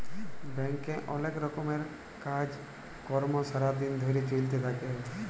ব্যাংকে অলেক রকমের কাজ কর্ম সারা দিন ধরে চ্যলতে থাক্যে